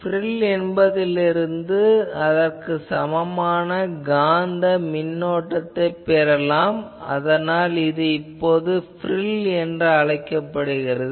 இந்த ப்ரில் என்பதிலிருந்து அதற்கு சமமான காந்த மின்னோட்டத்தை பெறலாம் அதனால் இது இவ்வாறு ப்ரில் எனப்படுகிறது